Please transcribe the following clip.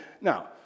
Now